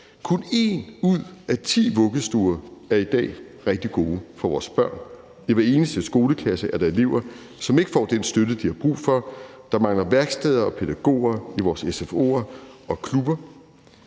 Kun en ud af ti vuggestuer er i dag rigtig gode for vores børn. I hver eneste skoleklasse er der elever, som ikke får den støtte, de har brug for. Der mangler værksteder og pædagoger i vores sfo'er og klubber.